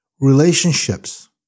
Relationships